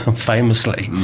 um famously.